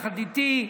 יחד איתי,